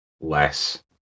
Less